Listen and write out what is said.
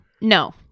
No